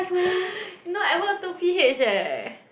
no I work two p_h eh